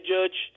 Judge